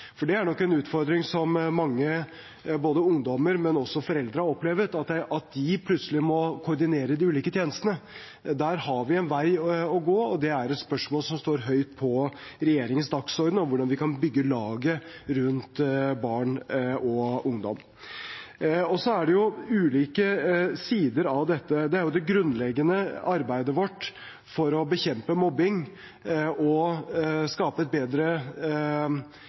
Det er nok en utfordring som mange, både ungdom og foreldre, har opplevd – at de plutselig må koordinere de ulike tjenestene. Der har vi en vei å gå, og det er et spørsmål som står høyt på regjeringens dagsorden – hvordan vi kan bygge laget rundt barn og ungdom. Så er det ulike sider av dette. Det ene er det grunnleggende arbeidet vårt for å bekjempe mobbing og å skape et bedre